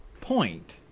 point